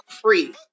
free